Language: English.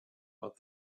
but